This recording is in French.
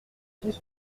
fils